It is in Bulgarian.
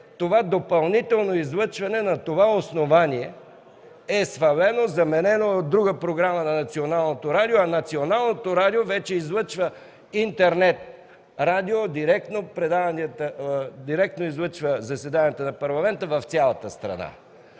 допълнителното излъчване е свалено, заменено е от друга програма на Националното радио, а Националното радио вече излъчва интернет радио и директно излъчва заседанията на Парламента в цялата страна.